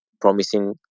promising